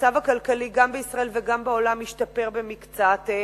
המצב הכלכלי גם בישראל וגם בעולם השתפר במקצת.